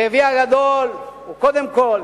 כאבי הגדול הוא קודם כול